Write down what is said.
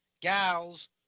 gals